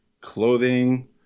clothing